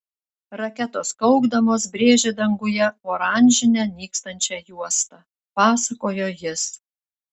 raketos kaukdamos brėžė danguje oranžinę nykstančią juostą pasakojo jis